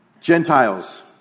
Gentiles